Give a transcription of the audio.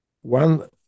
one